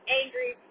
angry